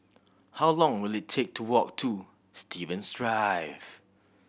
how long will it take to walk to Stevens Drive